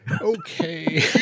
Okay